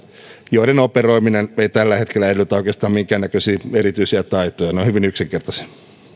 joiden operoiminen ei tällä hetkellä edellytä oikeastaan minkäännäköisiä erityisiä taitoja ne ovat hyvin yksinkertaisia